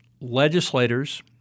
legislators